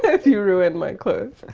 if you ruined my clothes.